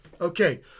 okay